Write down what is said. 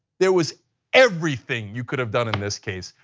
there was everything you could've done in this case.